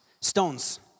stones